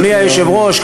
אדוני היושב-ראש,